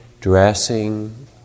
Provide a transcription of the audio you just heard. dressing